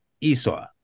Esau